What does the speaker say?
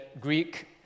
Greek